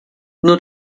nur